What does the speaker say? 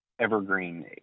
evergreen